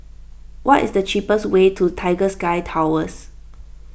what is the cheapest way to Tiger Sky Towers